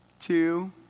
two